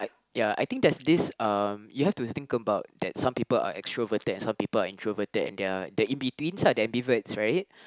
ya I think there's this um you have to think about that some people are extroverted and some people are introverted and there are the in betweens lah the ambiverts right